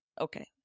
Okay